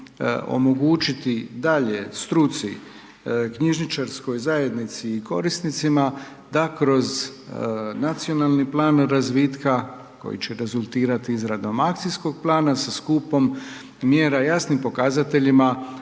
omogućiti dalje struci knjižničarskoj zajednici i korisnicima da kroz nacionalni plan razvitka koji će rezultirati izradom akcijskog plana sa skupom mjera, jasnim pokazateljima